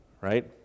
right